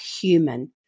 human